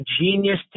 genius